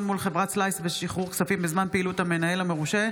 מול חברת סלייס ושחרור כספים בזמן פעילות המנהל המורשה,